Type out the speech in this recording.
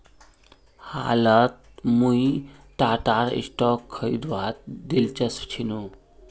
हालत मुई टाटार स्टॉक खरीदवात दिलचस्प छिनु